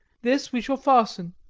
this we shall fasten,